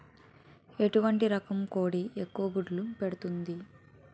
ఎటువంటి రకం కోడి ఎక్కువ గుడ్లు పెడుతోంది?